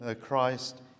Christ